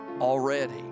already